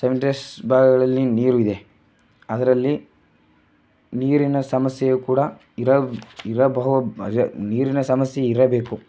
ಭಾಗಗಳಲ್ಲಿ ನೀರು ಇದೆ ಅದರಲ್ಲಿ ನೀರಿನ ಸಮಸ್ಯೆಯೂ ಕೂಡ ಇರ ಇರಬಹ ಅಂದರೆ ನೀರಿನ ಸಮಸ್ಯೆ ಇರಬೇಕು